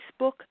Facebook